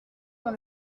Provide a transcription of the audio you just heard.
dans